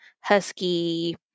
husky